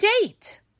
date